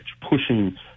pushing